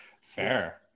Fair